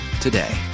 today